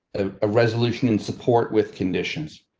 a resolution in support with conditions.